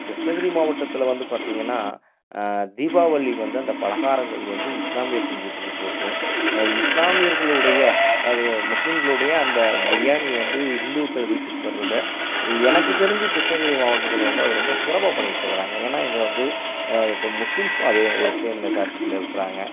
கிருஷ்ணகிரி மாவட்டத்தில் வந்து பார்த்திங்கன்னா தீபாவளி வந்து அந்த பலகாரங்கள் வந்து இஸ்லாமியர்கள் வீட்டுக்கு போகிறதும் இஸ்லாமியர்களுடைய அது முஸ்லீம்களுடைய அந்த பிரியாணி வந்து ஹிந்துக்கள் வீட்டுக்கு வர்றதை எனக்கு தெரிஞ்சு கிருஷ்ணகிரி மாவட்டத்தில் வந்து அது ரொம்ப சிறப்பாக பண்ணிட்டுருக்குறாங்க ஏன்னா இங்கே வந்து இப்போ முஸ்லீம்ஸ் அதே ஒரு சேம் மெஜாரிட்டியில் இருக்கிறாங்க